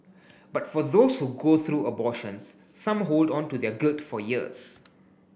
but for those who go through abortions some hold on to their guilt for years